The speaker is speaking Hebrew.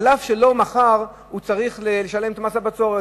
אף-על-פי שלא מחר הוא צריך לשלם את מס הבצורת.